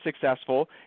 successful